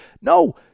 No